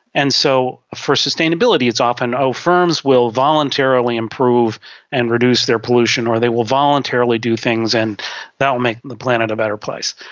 and so for sustainability it's often, oh, firms will voluntarily improve and reduce their pollution or they will voluntarily do things and that will make the planet a better place.